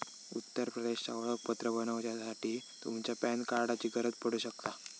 उत्तर प्रदेशचा ओळखपत्र बनवच्यासाठी तुमच्या पॅन कार्डाची गरज पडू शकता